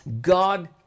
God